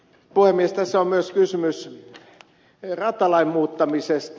tässä on myös kysymys ratalain muuttamisesta